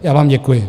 Já vám děkuji.